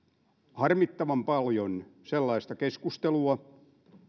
harmittavan paljon sellaista keskustelua